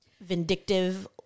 Vindictive